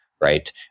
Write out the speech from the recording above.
right